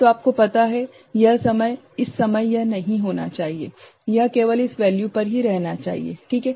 तो आपको पता है इस समय यह नहीं होना चाहिए यह केवल इस वैल्यू पर ही रहना चाहिए ठीक है